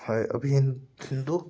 है अभी हिंदू